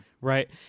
Right